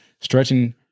stretching